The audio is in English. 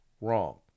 wrong